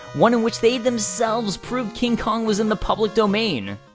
one in which they themselves proved king kong was in the public domain!